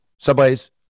Subways